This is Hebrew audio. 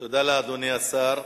תודה לאדוני השר.